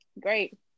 Great